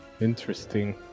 interesting